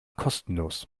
kostenlos